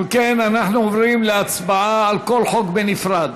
אם כן, אנחנו עוברים להצבעה על כל חוק בנפרד.